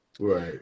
Right